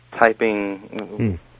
typing